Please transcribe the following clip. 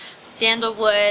sandalwood